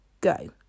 go